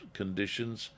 conditions